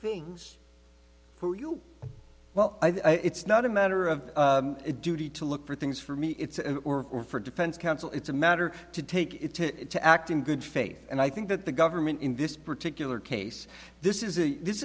things for you well i think it's not a matter of a duty to look for things for me it's for defense counsel it's a matter to take it to act in good faith and i think that the government in this particular case this is a this